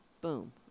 boom